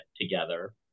together